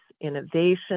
innovation